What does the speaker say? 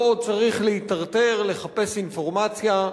לא צריך להיטרטר לחפש אינפורמציה,